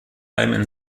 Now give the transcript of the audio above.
allem